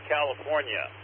California